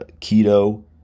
keto